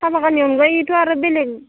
साहा बागाननि अनगायैथ' आरो बेलेग